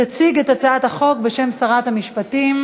תציג את הצעת החוק, בשם שרת המשפטים,